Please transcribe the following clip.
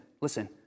listen